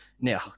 Now